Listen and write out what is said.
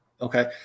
Okay